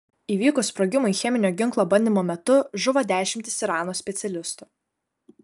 įvykus sprogimui cheminio ginklo bandymo metu žuvo dešimtys irano specialistų